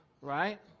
Right